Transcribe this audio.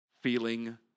feeling